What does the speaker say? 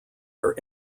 are